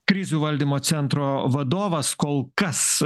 krizių valdymo centro vadovas kol kas